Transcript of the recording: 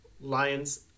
Lions